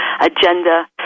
agenda